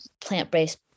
plant-based